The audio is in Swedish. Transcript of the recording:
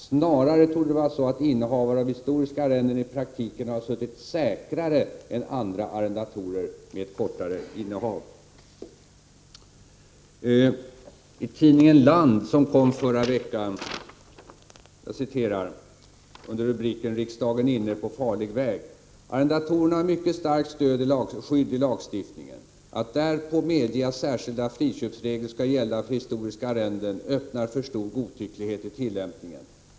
Snarare torde det vara så att innehavare av historiska arrenden i praktiken har suttit säkrare än andra arrendatorer med kortare innehav. I tidningen Land från förra veckan står under rubriken Riksdagen inne på farlig väg: ”Arrendatorerna har mycket starkt skydd i lagstiftningen. Att därpå medge att särskilda friköpsregler ska gälla för historiska arrenden öppnar för stor godtycklighet i tillämpningen.